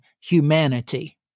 humanity